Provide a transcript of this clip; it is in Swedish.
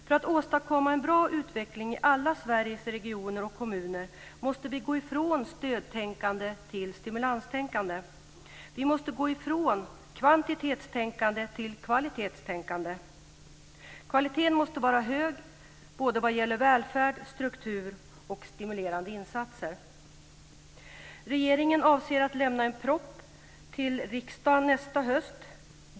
För att åstadkomma en bra utveckling i alla Sveriges regioner och kommuner måste vi gå från stödtänkande till stimulanstänkande. Vi måste gå från kvantitetstänkande till kvalitetstänkande. Kvaliteten måste vara hög vad gäller välfärd, struktur och stimulerande insatser. Regeringen avser att lämna en proposition till riksdagen nästa höst.